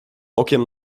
okiem